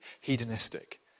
hedonistic